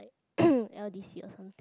l_d_c or something